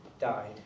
died